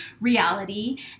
reality